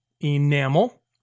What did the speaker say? enamel